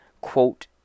quote